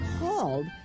called